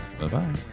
Bye-bye